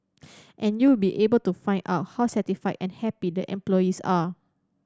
and you'd be able to find out how satisfied and happy the employees are